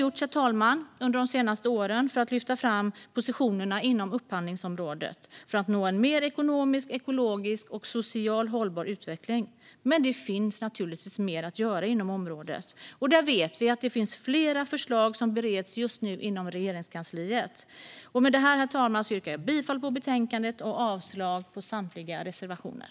Mycket har gjorts under de senaste åren för att flytta fram positionerna inom upphandlingsområdet i syfte att nå en ekonomiskt, ekologiskt och socialt mer hållbar utveckling. Men det finns naturligtvis mer att göra inom området, och det finns flera förslag som just nu bereds inom Regeringskansliet. Med detta, herr talman, yrkar jag bifall till förslaget i betänkandet och avslag på samtliga reservationer.